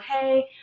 hey